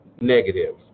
negative